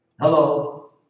Hello